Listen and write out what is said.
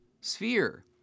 sphere